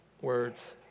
words